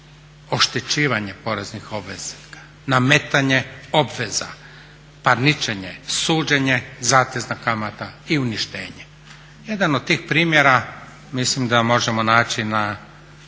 oštećivanje poreznih obveznika, nametanje obveza, parničenje, suđenje, zatezna kamata i uništenje. Jedan od tih primjera mislim da možemo naći na